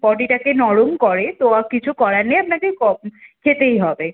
পটিটাকে নরম করে তো কিছু করার নেই আপনাকে ক খেতেই হবে